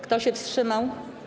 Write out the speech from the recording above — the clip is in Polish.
Kto się wstrzymał?